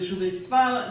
ליישובי ספר,